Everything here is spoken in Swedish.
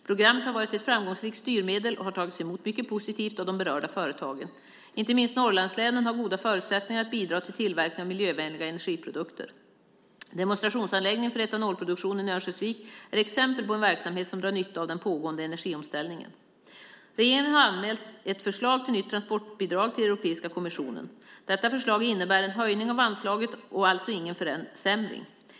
Programmet har varit ett framgångsrikt styrmedel och har tagits emot mycket positivt av de berörda företagen. Inte minst Norrlandslänen har goda förutsättningar att bidra till tillverkning av miljövänliga energiprodukter. Demonstrationsanläggningen för etanolproduktionen i Örnsköldsvik är exempel på en verksamhet som drar nytta av den pågående energiomställningen. Regeringen har anmält ett förslag till nytt transportbidrag till Europeiska kommissionen. Detta förslag innebär en höjning av anslaget och alltså ingen försämring.